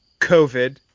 COVID